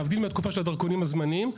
להבדיל מהתקופה של הדרכונים הזמניים,